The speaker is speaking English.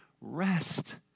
rest